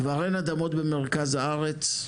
כבר אין אדמות במרכז הארץ,